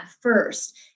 first